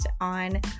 on